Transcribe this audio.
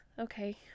okay